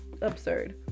Absurd